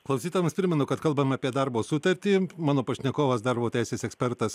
klausytojams primenu kad kalbam apie darbo sutartį mano pašnekovas darbo teisės ekspertas